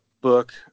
book